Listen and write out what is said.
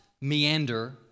meander